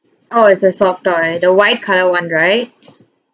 oh it's a soft toy the white colour one right